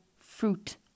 fruit